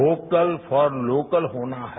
vocal for local होना है